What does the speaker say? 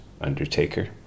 Undertaker